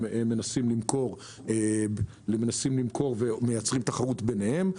שמנסים למכור ומייצרים תחרות ביניהם.